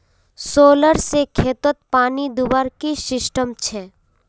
Solar से खेतोत पानी दुबार की सिस्टम छे?